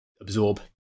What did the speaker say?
absorb